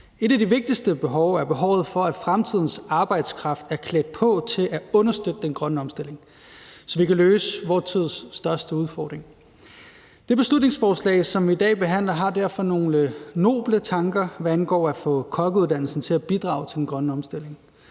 Et af de vigtigste behov er behovet for, at fremtidens arbejdskraft er klædt på til at understøtte den grønne omstilling, så vi kan løse vor tids største udfordring. Det beslutningsforslag, som vi her behandler, har derfor nogle noble tanker, hvad angår at få kokkeuddannelsen til at bidrage til den grønne omstilling